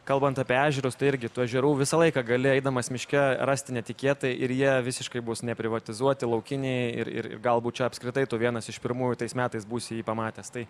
kalbant apie ežerus tai irgi tų ežerų visą laiką gali eidamas miške rasti netikėtai ir jie visiškai bus neprivatizuoti laukiniai ir ir galbūt čia apskritai vienas iš pirmųjų tais metais būsi jį pamatęs tai